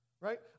right